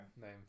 name